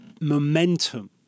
momentum